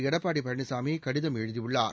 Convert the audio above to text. எடப்பாடி பழனிசாமி கடிதம் எழுதியுள்ளார்